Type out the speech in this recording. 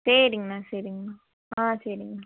சரிங்கண்ணா சரிங்கண்ணா ஆ சரிங்கண்ணா